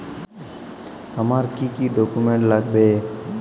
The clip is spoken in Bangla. আমার কি কি ডকুমেন্ট লাগবে?